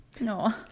No